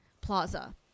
Plaza